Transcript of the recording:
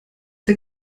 der